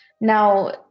Now